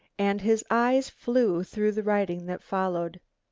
and his eyes flew through the writing that followed.